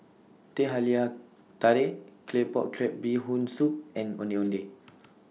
Teh Halia Tarik Claypot Crab Bee Hoon Soup and Ondeh Ondeh